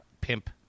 pimp